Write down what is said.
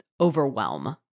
overwhelm